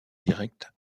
direct